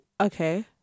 Okay